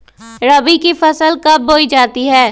रबी की फसल कब बोई जाती है?